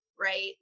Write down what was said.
right